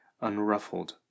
unruffled